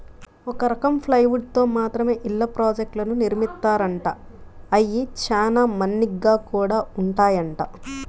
ఒక రకం ప్లైవుడ్ తో మాత్రమే ఇళ్ళ ప్రాజెక్టులను నిర్మిత్తారంట, అయ్యి చానా మన్నిగ్గా గూడా ఉంటాయంట